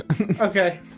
Okay